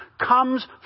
comes